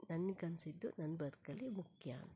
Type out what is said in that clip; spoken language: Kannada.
ನನಗನ್ಸಿದ್ದು ನನ್ನ ಬದುಕಲ್ಲಿ ಮುಖ್ಯ ಅಂತ